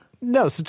No